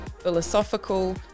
philosophical